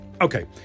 Okay